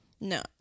No